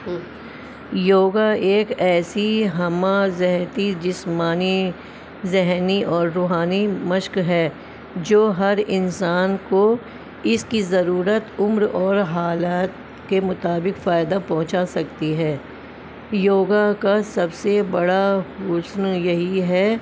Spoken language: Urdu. یوگا ایک ایسی ہمہ جہتی جسمانی ذہنی اور روحانی مشق ہے جو ہر انسان کو اس کی ضرورت عمر اور حالات کے مطابق فائدہ پہنچا سکتی ہے یوگا کا سب سے بڑا حسن یہی ہے